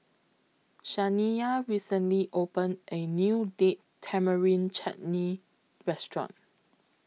Shaniya recently opened A New Date Tamarind Chutney Restaurant